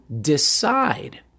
decide